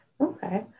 Okay